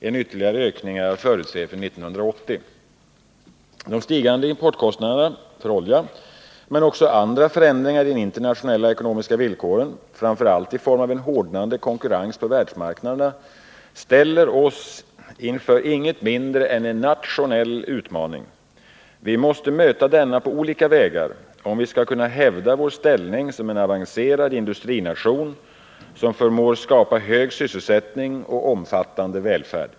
En ytterligare ökning är att förutse för 1980. De stigande importkostnaderna för olja — men också andra förändringar i de internationella ekonomiska villkoren, framför allt i form av en hårdnande konkurrens på världsmarknaden — ställer oss inför inget mindre än en nationell utmaning. Vi måste möta denna på olika vägar om vi skall kunna hävda vår ställning som en avancerad industrination som förmår skapa hög sysselsättning och omfattande välfärd.